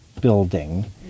building